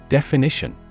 Definition